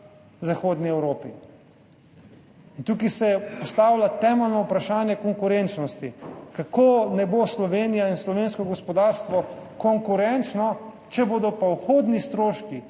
Zahodni Evropi. Tukaj se postavlja temeljno vprašanje konkurenčnosti, kako naj bo Slovenija in slovensko gospodarstvo konkurenčno, če bodo pa vhodni stroški,